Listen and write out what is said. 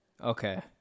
Okay